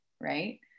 right